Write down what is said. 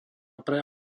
pre